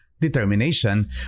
Determination